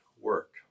work